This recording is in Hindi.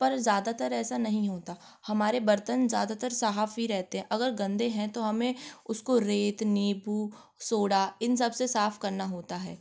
पर ज्यादातर ऐसा नहीं होता हमारे बर्तन ज्यादातर साफ़ ही रहते हैं अगर गंदे हैं तो हमें उसको रेत नीबू सोडा इन सब से साफ़ करना होता है